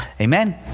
Amen